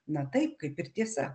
na taip kaip ir tiesa